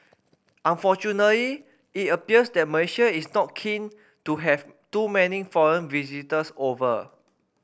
unfortunately it appears that Malaysia is not keen to have too many foreign visitors over